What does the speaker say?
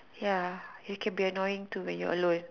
ya you can be annoying too when you're alone